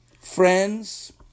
Friends